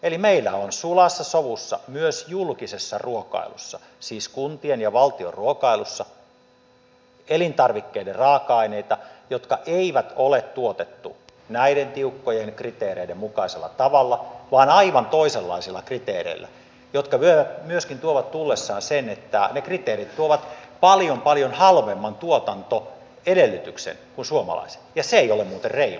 eli meillä on sulassa sovussa myös julkisessa ruokailussa siis kuntien ja valtion ruokailussa elintarvikkeiden raaka aineita joita ei ole tuotettu näiden tiukkojen kriteereiden mukaisella tavalla vaan aivan toisenlaisilla kriteereillä mikä myöskin tuo tullessaan sen että ne kriteerit tuovat paljon paljon halvemman tuotantoedellytyksen kuin suomalaiset ja se ei ole muuten reilua